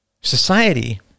Society